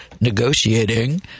negotiating